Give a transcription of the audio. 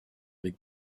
avec